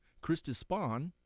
christus spohn,